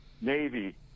Navy